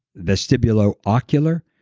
vestibule-ocular,